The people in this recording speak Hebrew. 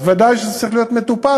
אז ודאי שזה צריך להיות מטופל.